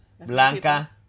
Blanca